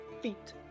feet